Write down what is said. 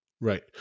Right